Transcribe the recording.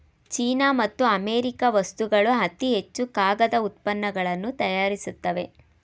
China ಮತ್ತು America ವಸ್ತುಗಳು ಅತಿ ಹೆಚ್ಚು ಕಾಗದ ಉತ್ಪನ್ನಗಳನ್ನು ತಯಾರಿಸುತ್ತವೆ